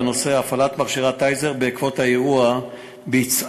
בנושא הפעלת מכשיר ה"טייזר" בעקבות האירוע ביצהר,